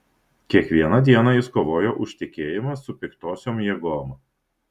kiekvieną dieną jis kovojo už tikėjimą su piktosiom jėgom